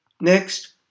Next